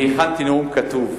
אני הכנתי נאום כתוב.